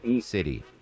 City